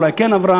אולי כן עברה,